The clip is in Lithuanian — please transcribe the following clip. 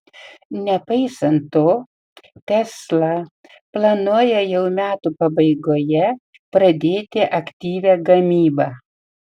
nepaisant to tesla planuoja jau metų pabaigoje pradėti aktyvią gamybą